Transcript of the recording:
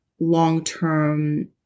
Long-term